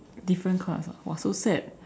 different class ah !wah! so sad